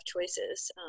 choices